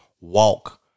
walk